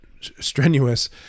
strenuous